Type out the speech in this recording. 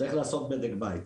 צריך לעשות בדק בית.